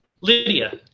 Lydia